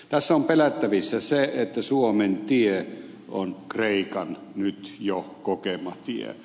tässä on pelättävissä se että suomen tie on kreikan nyt jo kokema tie